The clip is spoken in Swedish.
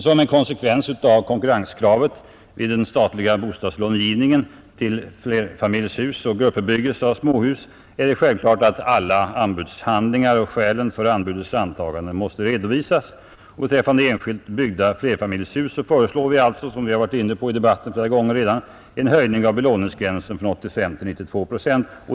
Som en konsekvens av konkurrenskravet i den statliga bostadslångivningen till flerfamiljshus och gruppbebyggelse av småhus är det självklart att alla anbudshandlingar och skälen för anbudens antagande måste redovisas. Beträffande enskilt byggda flerfamiljshus föreslår vi, som man varit inne på i debatten flera gånger redan, en höjning av lånegränsen från 85 till 92 procent.